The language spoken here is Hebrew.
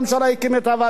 ועדת-טרכטנברג,